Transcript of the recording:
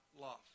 love